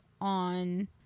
on